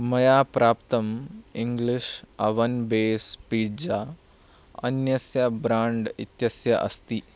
मया प्राप्तं English oven base pizza अन्यस्य ब्राण्ड् इत्यस्य अस्ति